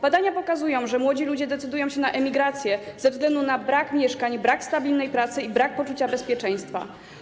Badania pokazują, że młodzi ludzie decydują się na emigrację ze względu na brak mieszkań, brak stabilnej pracy i brak poczucia bezpieczeństwa.